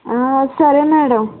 సరే మేడం